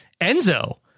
Enzo